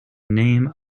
name